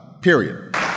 period